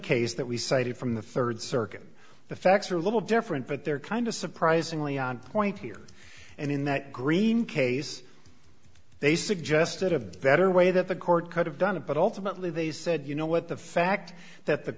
case that we cited from the third circuit the facts are a little different but they're kind of surprisingly on point here and in that green case they suggested a better way that the court could have done it but ultimately they said you know what the fact that the